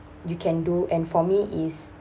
you can do and for me is